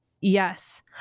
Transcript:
Yes